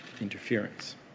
interference